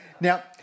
Now